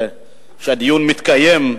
שהדיון מתקיים.